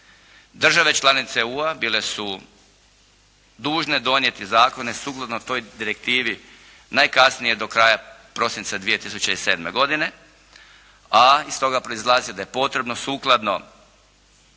Države članice UA bile su dužne donijeti zakone sukladno toj direktivi najkasnije do kraja prosinca 2007. godine a iz toga proizlazi da je potrebno sukladno